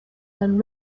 and